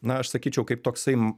na aš sakyčiau kaip toksai